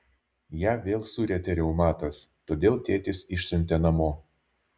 ją vėl surietė reumatas todėl tėtis išsiuntė namo